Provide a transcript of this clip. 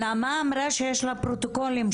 נעמה אמרה שיש לה פרוטוקולים.